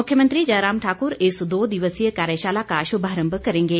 मुख्यमंत्री जयराम ठाक्र इस दो दिवसीय कार्यशाला का शुभारम्भ करेंगे